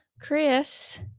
Chris